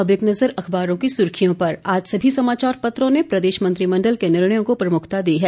अब एक नज़र अखबारों की सुर्खियों पर आज सभी समाचार पत्रों ने प्रदेश मंत्रिमंडल के निर्णयों को को प्रमुखता दी है